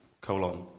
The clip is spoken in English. colon